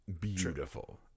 beautiful